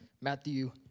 Matthew